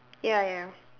ya ya